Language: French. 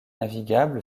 navigable